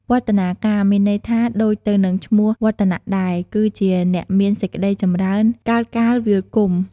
វឌ្ឍនាការ មានន័យថា ដូចទៅនឹងឈ្មោះ វឌ្ឍនៈដែរ គឺជាអ្នកមានសេចក្តីចម្រើន កើតកាលវាលគុម្ព។